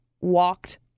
walked